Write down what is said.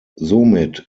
somit